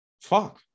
Fuck